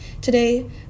Today